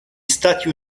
stati